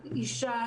אישה,